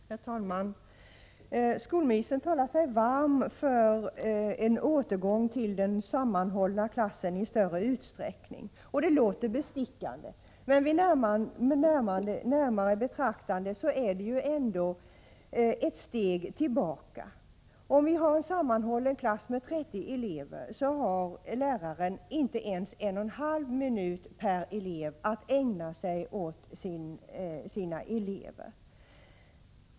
Herr talman! Skolministern talar sig varm för att i större utsträckning återgå till den sammanhållna klassen. Det låter bestickande. Men vid närmare betraktande upptäcker man att det ändå är ett steg tillbaka. Om vi har en sammanhållen klass med 30 elever kan läraren inte ens ägna en och en halv minut var åt sina elever.